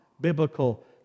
biblical